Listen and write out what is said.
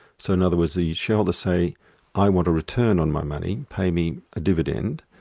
so in other words the shareholders say i want a return on my money pay me a dividend,